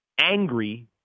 angry